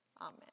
amen